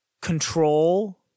control